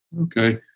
Okay